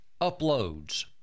uploads